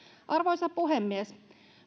arvoisa puhemies